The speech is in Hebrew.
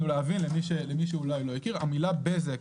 המילה "בזק"